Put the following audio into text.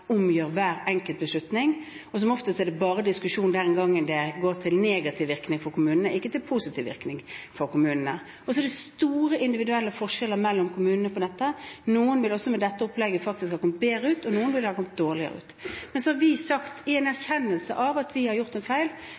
er det bare diskusjon de gangene det får negativ virkning, ikke når det får positiv virkning, for kommunene. Det er store individuelle forskjeller mellom kommunene når det gjelder dette. Noen ville også med dette opplegget faktisk kommet bedre ut, og noen ville kommet dårligere ut. I erkjennelse av at vi har gjort en feil, har vi sagt at vi